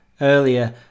earlier